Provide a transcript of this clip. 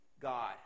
God